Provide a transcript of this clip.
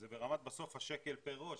זה ברמת השקל פר ראש,